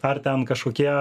ar ten kažkokie